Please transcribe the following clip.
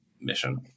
mission